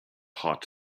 hot